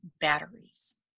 batteries